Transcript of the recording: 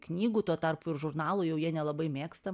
knygų tuo tarpu ir žurnalų jau jie nelabai mėgsta